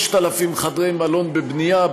6,000 חדרי מלון בבנייה,